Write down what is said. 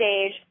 stage